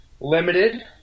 limited